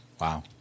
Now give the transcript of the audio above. Wow